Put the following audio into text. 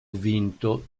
vinto